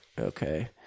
Okay